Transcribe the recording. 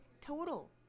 total